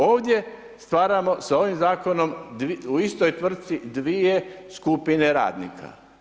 Ovdje stvaramo sa ovim zakonom u istoj tvrtci dvije skupine radnika.